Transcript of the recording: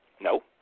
No